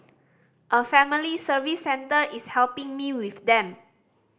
a Family Service Centre is helping me with them